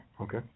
Okay